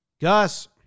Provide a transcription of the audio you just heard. Gus